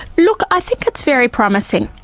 look, i think it's very promising.